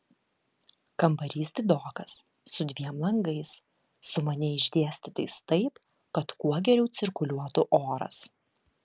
kambarys didokas su dviem langais sumaniai išdėstytais taip kad kuo geriau cirkuliuotų oras